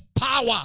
power